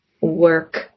work